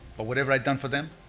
but whatever i done for them,